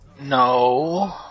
no